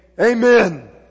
Amen